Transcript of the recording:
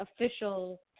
official